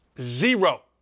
Zero